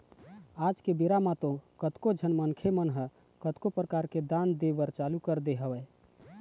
आज के बेरा म तो कतको झन मनखे मन ह कतको परकार ले दान दे बर चालू कर दे हवय